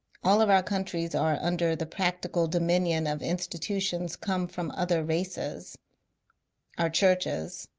all of our countries are under the practical dominion of institutions come from other races our churches.